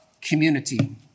community